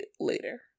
later